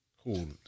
cool